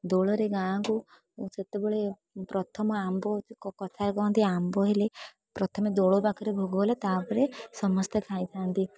ଦୋଳରେ ଗାଁକୁ ସେତେବେଳେ ପ୍ରଥମ ଆମ୍ବ କଥାରେ କହନ୍ତି ଆମ୍ବ ହେଲେ ପ୍ରଥମେ ଦୋଳ ପାଖରେ ଭୋଗ ହେଲେ ତା'ପରେ ସମସ୍ତେ ଖାଇଥାନ୍ତି